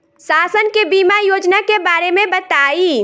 शासन के बीमा योजना के बारे में बताईं?